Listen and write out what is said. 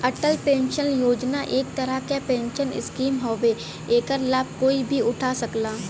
Atal pension Yojana एक तरह क पेंशन स्कीम हउवे एकर लाभ कोई भी उठा सकला